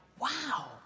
Wow